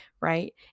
right